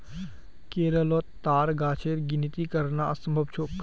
केरलोत ताड़ गाछेर गिनिती करना असम्भव छोक